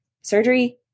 surgery